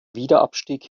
wiederabstieg